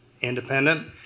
Independent